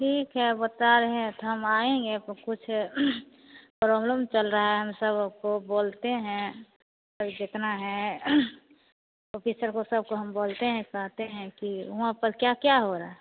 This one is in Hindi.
ठीक है बता रहे है तो हम आएंगे आपको कुछ प्रॉब्लम चल रहा है हम सब को बोलते हैं अभी जितना है ऑफिसर को सब को हम बोलते है बताते हैं कि वहां पर क्या क्या हो रहा है